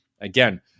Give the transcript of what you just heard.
again